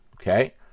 okay